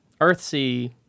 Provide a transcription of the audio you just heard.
Earthsea